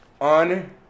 on